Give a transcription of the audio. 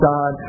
God